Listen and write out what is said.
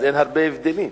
אז אין הרבה הבדלים.